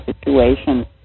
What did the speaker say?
situation